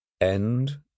End